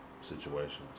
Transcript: situations